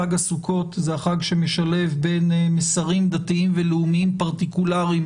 חג הסוכות זה החג שמשלב בין מסרים דתיים ולאומיים פרטיקולריים